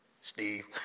steve